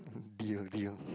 deal deal